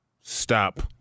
stop